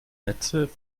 netze